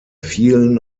vielen